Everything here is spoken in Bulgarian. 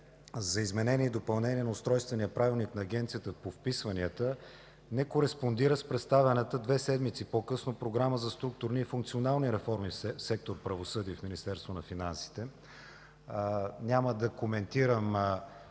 за изменение и допълнение на Устройствения правилник на Агенцията по вписванията не кореспондира с представената две седмици по-късно Програма за структурни функционални реформи в сектор „Правосъдие” в Министерство на